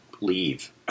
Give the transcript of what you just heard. leave